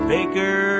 Baker